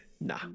Nah